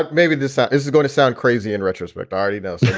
but maybe this ah is is gonna sound crazy in retrospect already. now so